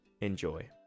Enjoy